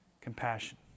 Compassion